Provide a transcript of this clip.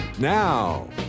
Now